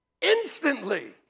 instantly